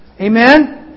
Amen